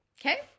okay